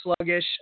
sluggish